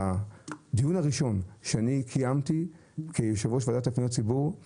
הדיון הראשון שקיימתי כיושב-ראש הוועדה לפניות הציבור היה על המרב"ד.